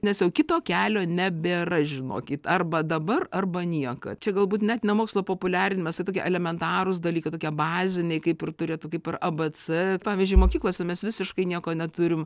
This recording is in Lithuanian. nes jau kito kelio nebėra žinokit arba dabar arba nieko čia galbūt net ne mokslo populiarinimas tokie elementarūs dalykai tokie baziniai kaip ir turėtų kaip ir abc pavyzdžiui mokyklose mes visiškai nieko neturim